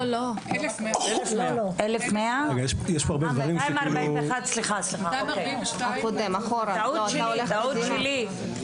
1,100. סליחה, טעות שלי.